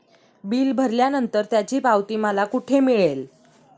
Bill भरल्यानंतर त्याची पावती मला कुठे मिळेल?